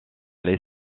les